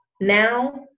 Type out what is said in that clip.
now